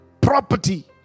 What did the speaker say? property